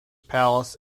palace